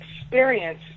experience